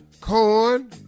Corn